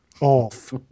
off